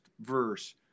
verse